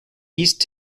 east